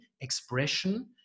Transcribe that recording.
expression